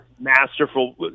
masterful